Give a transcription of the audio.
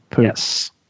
Yes